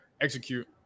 execute